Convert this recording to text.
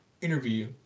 interview